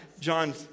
John